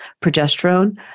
progesterone